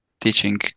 teaching